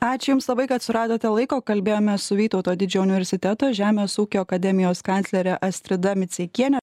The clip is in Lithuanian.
ačiū jums labai kad suradote laiko kalbėjomės su vytauto didžiojo universiteto žemės ūkio akademijos kanclere astrida miceikiene